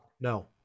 no